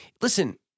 Listen